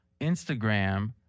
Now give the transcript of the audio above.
Instagram –